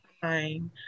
fine